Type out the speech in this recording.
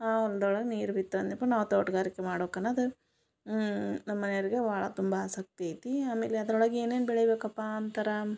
ಆ ಒಂದು ಒಳಗೆ ನೀರು ಬಿತ್ತು ಅನ್ಯಪ್ಪ ನಾವು ತೋಟಗಾರಿಕೆ ಮಾಡ್ಬೇಕು ಅನ್ನದ ನಮ್ಮ ಮನೆ ಅವರಿಗೆ ಭಾಳ ತುಂಬ ಆಸಕ್ತಿ ಐತಿ ಆಮೇಲೆ ಅದರೊಳಗೆ ಏನೇನು ಬೆಳಿಯಬೇಕಪ್ಪ ಅಂತರಾ